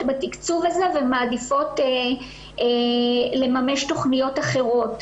בתקצוב הזה ומעדיפות לממש תכוניות אחרות.